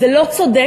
זה לא צודק